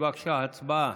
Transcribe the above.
בבקשה, הצבעה.